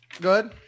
good